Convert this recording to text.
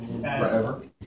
forever